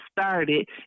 started